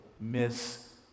miss